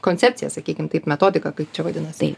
koncepciją sakykim taip metodiką kaip čia vadinasi